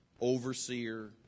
overseer